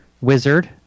wizard